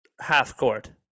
half-court